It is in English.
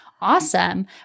awesome